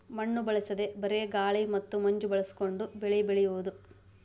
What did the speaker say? ಮಣ್ಣು ಬಳಸದೇ ಬರೇ ಗಾಳಿ ಮತ್ತ ಮಂಜ ಬಳಸಕೊಂಡ ಬೆಳಿ ಬೆಳಿಯುದು